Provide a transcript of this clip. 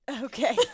okay